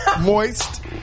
moist